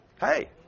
Hey